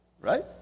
right